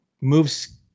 moves